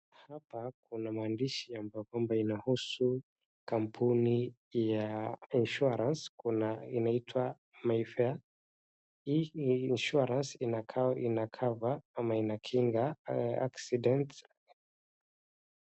Hapa kuna maandishi ambapo kuhusu kampuni ya insurance kuna inaitwa mayfair. Hii ni insurance ina cover ama inakingika haya accidents .